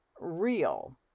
real